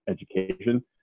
education